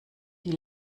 die